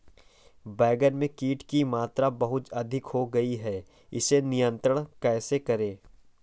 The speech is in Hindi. बैगन में कीट की मात्रा बहुत अधिक हो गई है इसे नियंत्रण कैसे करें?